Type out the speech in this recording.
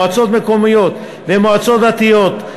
עובדי מועצות מקומיות ומועצות דתיות,